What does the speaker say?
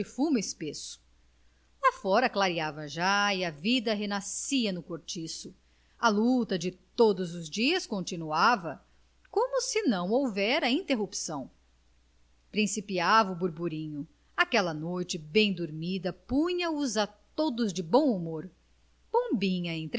fumo espesso lá fora clareava já e a vida renascia no cortiço a luta de todos os dias continuava como se não houvera interrupção principiava o burburinho aquela noite bem dormida punha os a todos de bom humor pombinha